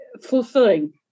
fulfilling